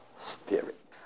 Spirit